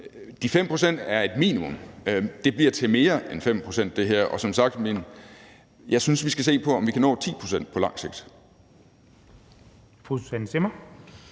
de 5 pct. er et minimum. Det her bliver til mere end 5 pct. Som sagt synes jeg, vi skal se på, om vi kan nå 10 pct. på lang sigt.